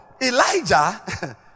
Elijah